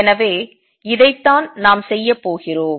எனவே இதைத்தான் நாம் செய்யப் போகிறோம்